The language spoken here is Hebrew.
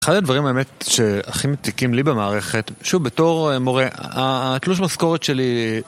אחד הדברים האמת שהכי מציקים לי במערכת, שוב בתור מורה, התלוש משכורת שלי...